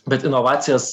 bet inovacijas